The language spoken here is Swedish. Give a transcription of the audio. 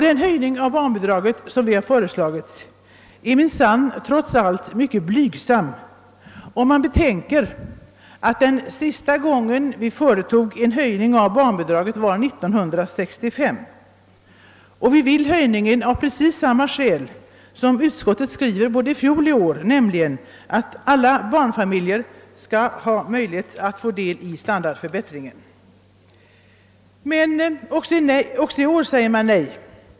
Den höjning av barnbidraget som vi har föreslagit är mycket blygsam, om man betänker att senaste gången som en höjning av bidraget gjordes var 1965. Och vi vill företa höjningen av precis samma skäl som utskottet anförde i fjol och som utskottet anger i år, nämligen att alla barnfamiljer skall ha möjlighet att få del av standardförbättringen. Men också i år säger utskottet nej.